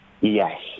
Yes